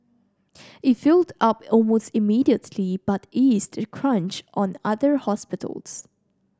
it filled up almost immediately but eased the crunch on other hospitals